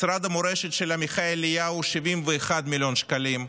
משרד המורשת של עמיחי אליהו, 71 מיליון שקלים,